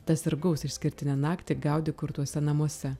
tas ir gaus išskirtinę naktį gaudi kurtuose namuose